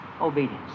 obedience